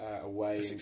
away